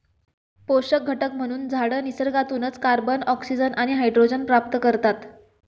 पोषक घटक म्हणून झाडं निसर्गातूनच कार्बन, ऑक्सिजन आणि हायड्रोजन प्राप्त करतात